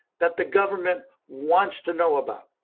that the government wants to know about.